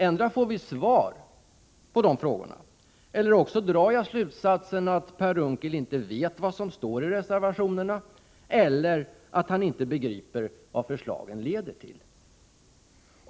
Antingen får vi svar på frågorna eller också drar jag slutsatsen att Per Unckel inte vet vad som står i reservationerna eller att han inte begriper vad förslagen leder till.